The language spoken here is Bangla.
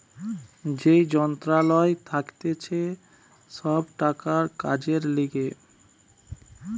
যেই মন্ত্রণালয় থাকতিছে সব টাকার কাজের লিগে